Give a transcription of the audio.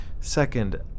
Second